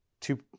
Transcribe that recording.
two